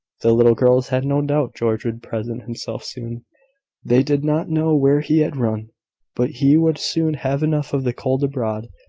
the little girls had no doubt george would present himself soon they did not know where he had run but he would soon have enough of the cold abroad,